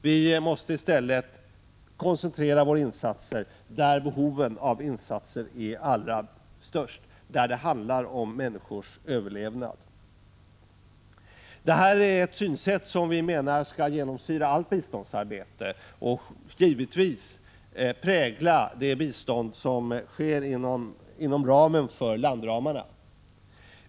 Vi måste i stället koncentrera våra insatser där behoven av insatser är allra störst, där det handlar om människors överlevnad. Det är ett synsätt som vi menar skall genomsyra allt biståndsarbete och givetvis prägla det bistånd som lämnas inom landramarna.